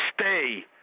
stay